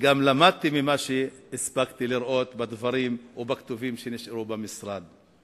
וגם למדתי ממה שהספקתי לראות בדברים או בכתובים שנשארו במשרד.